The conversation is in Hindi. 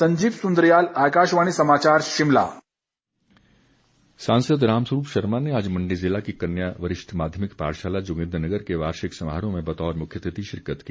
संजीव सुन्द्रियाल आकाशवाणी समाचार शिमला रामस्वरूप शर्मा सांसद रामस्वरूप शर्मा ने आज मंडी ज़िला की कन्या वरिष्ठ माध्यमिक पाठशाला जोगिन्द्रनगर के वार्षिक समारोह में बतौर मुख्यातिथि शिरकत की